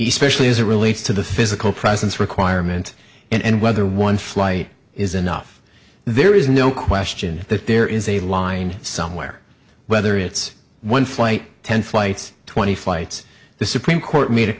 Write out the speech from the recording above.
essentially as it relates to the physical presence requirement and whether one flight is enough there is no question that there is a line somewhere whether it's one flight ten flights twenty flights the supreme court made it